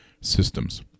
systems